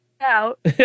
out